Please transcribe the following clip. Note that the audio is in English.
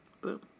Boom